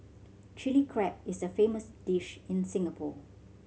Chilli Crab is a famous dish in Singapore